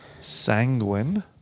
sanguine